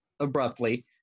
abruptly